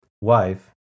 Wife